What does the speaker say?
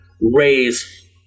raise